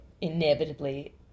inevitably